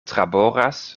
traboras